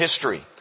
history